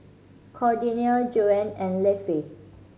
Cordelia Joann and Lafe